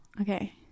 Okay